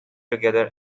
together